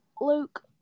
Luke